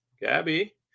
Gabby